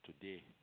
today